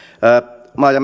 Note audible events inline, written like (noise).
maa ja (unintelligible)